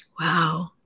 Wow